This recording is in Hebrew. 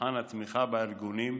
למבחן התמיכה בארגונים.